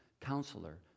Counselor